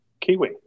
kiwi